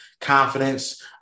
confidence